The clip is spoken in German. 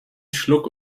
schluck